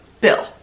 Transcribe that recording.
Bill